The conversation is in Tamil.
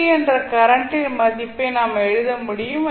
என்ற கரண்டின் மதிப்பை நாம் எழுத முடியும்